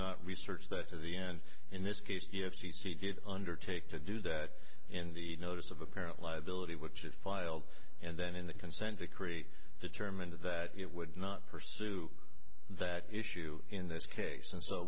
not researched that to the end in this case the f c c did undertake to do that in the notice of apparent liability which it filed and then in the consent decree determined that it would not pursue that issue in this case